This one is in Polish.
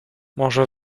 może